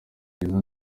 jizzo